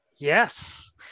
Yes